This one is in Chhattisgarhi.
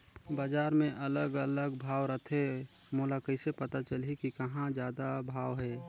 बजार मे अलग अलग भाव रथे, मोला कइसे पता चलही कि कहां जादा भाव हे?